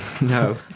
No